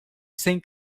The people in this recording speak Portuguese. sem